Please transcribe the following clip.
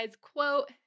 quote